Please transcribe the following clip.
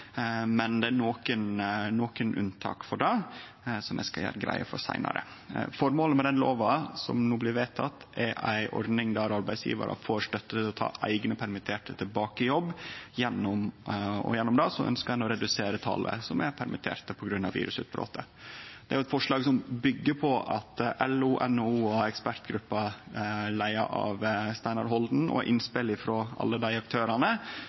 men det er nokre unntak, som eg skal gjere greie for seinare. Føremålet med den lova som no blir vedteken, er ei ordning der arbeidsgjevarar får støtte til å ta eigne permitterte tilbake til jobb. Gjennom det ønskjer ein å redusere talet på permitterte på grunn av virusutbrotet. Det er eit forslag som byggjer på innspel frå LO, NHO og ei ekspertgruppe leia av Steinar Holden,